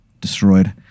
destroyed